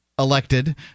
elected